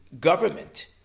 government